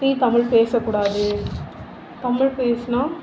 நீ தமிழ் பேசக்கூடாது தமிழ் பேசுனால்